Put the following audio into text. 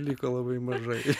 liko labai mažai